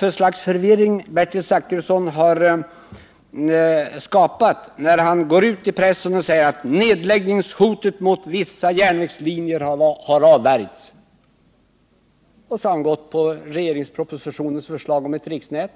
Har inte Bertil Zachrisson skapat förvirring när han först gått ut och sagt i pressen att nedläggningshotet mot vissa järnvägslinjer har avvärjts och sedan har stött regeringspropositionens förslag om ett riksnät